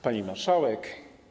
Pani Marszałek!